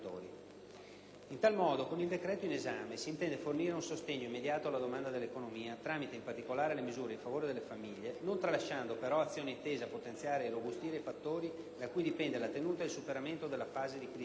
In tal modo, con il decreto in esame, si intende fornire un sostegno immediato alla domanda dell'economia, tramite, in particolare, le misure in favore delle famiglie, non tralasciando però azioni tese a potenziare e irrobustire i fattori da cui dipendono la tenuta ed il superamento della fase di crisi in atto: